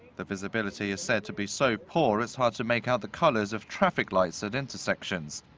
the visibility is said to be so poor it's hard to make out the colors of traffic lights at intersections.